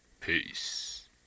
Peace